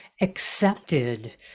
accepted